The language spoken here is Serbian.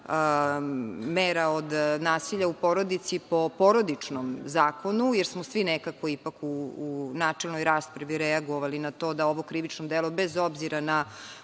mera od nasilja u porodici po Porodičnom zakonu, jer smo svi nekako ipak u načelnoj raspravi reagovali na to da ovo krivično delo, bez obzira na